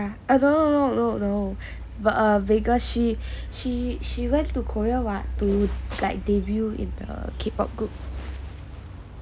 oh no no no no no vegas she she she went to Korea what to like debut in the K_pop group